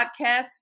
podcast